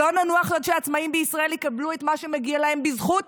לא ננוח עד שהעצמאים בישראל יקבלו את מה שמגיע להם בזכות